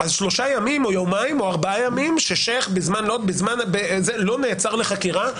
אז שלושה ימים או יומיים או ארבעה ימים ששיח' לא נעצר לחקירה,